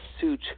suit